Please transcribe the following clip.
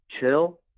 chill